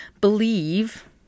believe